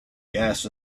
gas